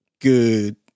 good